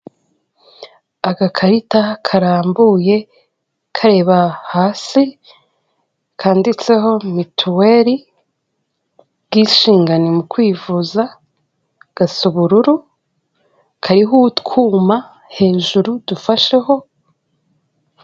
Agakarita karambuye kareba hasi kanditseho mituweri, ubwisungane mu kwivuza gasa ubururu kariho utwuma hejuru dufasheho.